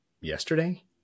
yesterday